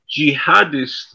jihadist